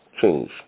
change